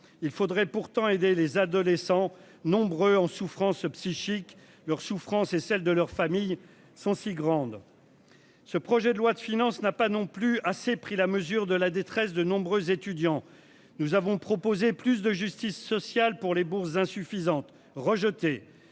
il faudrait pourtant aider les adolescents nombreux en souffrance psychique, leur souffrance et celle de leur famille sont si grandes.-- Ce projet de loi de finances n'a pas non plus assez pris la mesure de la détresse de nombreux étudiants. Nous avons proposé plus de justice sociale pour les bourses insuffisante rejeté